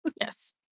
Yes